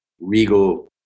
regal